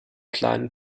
kleinen